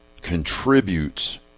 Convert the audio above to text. contributes